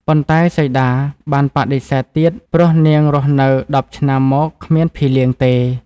ប៉ុន្តែសីតា បានបដិសេធទៀតព្រោះនាងរស់នៅ១០ឆ្នាំមកគ្មានភីលៀងទេ។